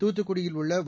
தூத்துக்குடியில் உள்ள வ